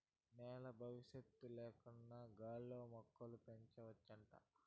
నేల బవిసత్తుల లేకన్నా గాల్లో మొక్కలు పెంచవచ్చంట